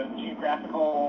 geographical